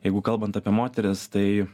jeigu kalbant apie moteris tai